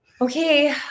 okay